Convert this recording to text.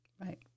Right